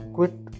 Quit